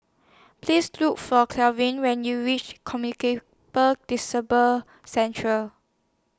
Please Look For when YOU REACH Disease Centre